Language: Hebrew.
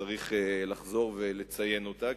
שצריך לחזור ולציין אותם,